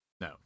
No